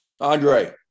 andre